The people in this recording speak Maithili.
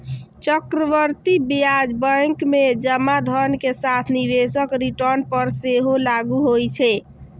चक्रवृद्धि ब्याज बैंक मे जमा धन के साथ निवेशक रिटर्न पर सेहो लागू होइ छै